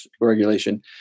regulation